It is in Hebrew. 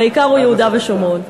והעיקר הוא יהודה ושומרון.